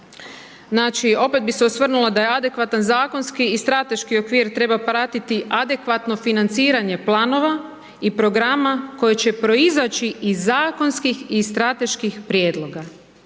Znači opet bi se osvrnula da adekvatan zakonski i strateški okvir treba pratiti adekvatno financiranje planova i programa koji će proizaći iz zakonskih i strateških prijedloga.